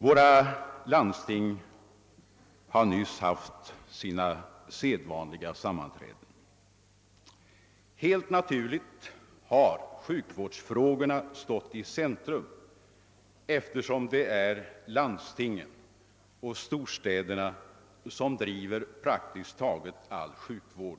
Våra landsting har nyss haft sina sedvanliga sammanträden, Helt naturligt har sjukvårdsfrågorna stått i centrum, eftersom det är landstingen och storstäderna som driver praktiskt taget all sjukvård